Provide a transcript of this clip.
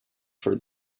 for